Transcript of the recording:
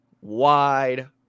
Wide